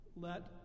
Let